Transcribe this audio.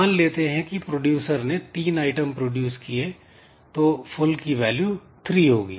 मान लेते हैं की प्रोड्यूसर ने तीन आइटम प्रोड्यूस किए हैं तो फुल की वैल्यू 3 होगी